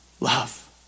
love